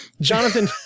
Jonathan